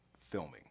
filming